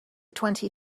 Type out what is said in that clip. twenty